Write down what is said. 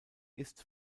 ist